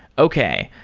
okay.